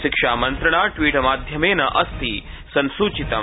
शिक्षामन्त्रिणा ट्वीटमाध्यमेन अस्ति संसूचितम्